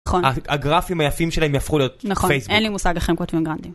‫הגרפים היפים שלהם יהפכו להיות פייסבוק. ‫-נכון, אין לי מושג לכם כותבים גראנטים.